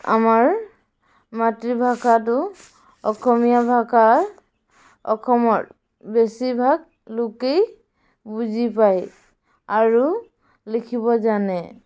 আমাৰ মাতৃভাষাটো অখমীয়া ভাষাৰ অখমৰ বেছিভাগ লোকেই বুজি পায় আৰু লিখিব জানে